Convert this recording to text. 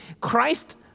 Christ